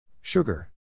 Sugar